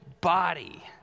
body